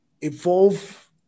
evolve